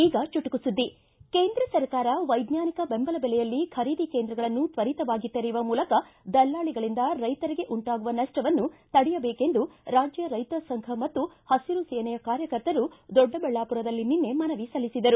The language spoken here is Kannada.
ಈಗ ಚುಟುಕು ಸುದ್ದಿ ಕೇಂದ್ರ ಸರ್ಕಾರ ವೈಜ್ಞಾನಿಕ ಬೆಂಬಲ ಬೆಲೆಯಲ್ಲಿ ಖರೀದಿ ಕೇಂದ್ರಗಳನ್ನು ತ್ವರಿತವಾಗಿ ತೆರೆಯುವ ಮೂಲಕ ದಲ್ಲಾಳಿಗಳಿಂದ ರೈಶರಿಗೆ ಉಂಟಾಗುವ ನಷ್ಷವನ್ನು ತಡೆಯಬೇಕೆಂದು ರಾಜ್ಯ ರೈಶ ಸಂಘ ಮತ್ತು ಹಸಿರು ಸೇನೆಯ ಕಾರ್ಯಕರ್ತರು ದೊಡ್ಡಬಳ್ಳಾಪುರದಲ್ಲಿ ನಿನ್ನೆ ಮನವಿ ಸಲ್ಲಿಸಿದರು